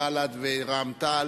בל"ד ורע"ם-תע"ל,